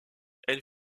elle